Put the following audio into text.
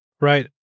Right